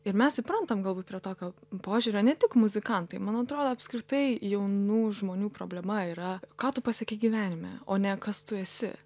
ir mes įprantam galbūt prie tokio požiūrio ne tik muzikantai man atrodo apskritai jaunų žmonių problema yra ką tu pasiekei gyvenime o ne kas tu esi